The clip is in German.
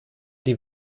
die